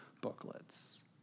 booklets